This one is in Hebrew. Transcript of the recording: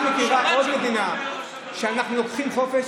את מכירה עוד מדינה שבה לוקחים חופש